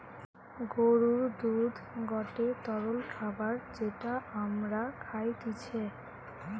গরুর দুধ গটে তরল খাবার যেটা আমরা খাইতিছে